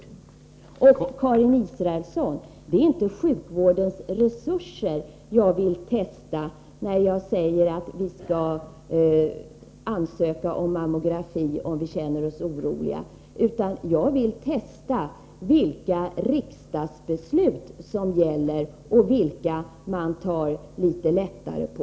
Det är inte, Karin Israelsson, sjukvårdens resurser jag vill testa när jag säger att vi skall ansöka om mammografi om vi känner oss oroliga, utan jag vill testa vilka riksdagsbeslut som gäller och vilka man tar litet lättare på.